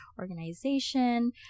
organization